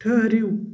ٹھٕرِو